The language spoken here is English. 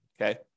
Okay